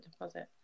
deposit